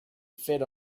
fed